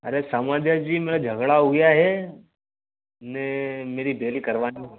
अरे समाधिया जी मैं झगड़ा हो गया है मैं मेरी बेल करवानी है